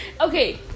Okay